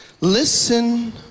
Listen